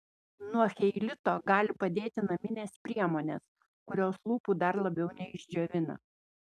nuo cheilito gali padėti naminės priemonės kurios lūpų dar labiau neišdžiovina